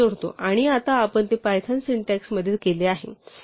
आणि आता आपण ते पायथन सिंटेक्स मध्ये केले आहे